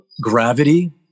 gravity